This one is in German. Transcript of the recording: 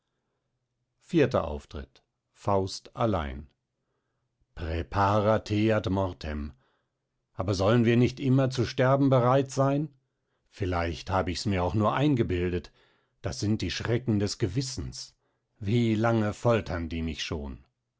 vierter auftritt faust allein praepara te ad mortem aber sollen wir nicht immer zu sterben bereit sein vielleicht hab ich mirs auch nur eingebildet das sind die schrecken des gewißens wie lange foltern die mich schon